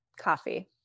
Coffee